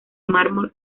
mármol